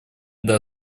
для